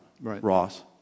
Ross